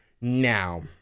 now